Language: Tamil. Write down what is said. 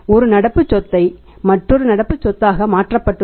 ஒரு நடப்பு சொத்தை மற்றொரு நடப்பு சொத்துகளாக மாற்றப்பட்டுள்ளது